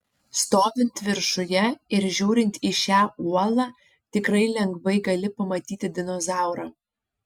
stovint viršuje ir žiūrint į šią uolą tikrai lengvai gali pamatyti dinozaurą